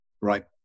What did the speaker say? right